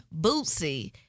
Bootsy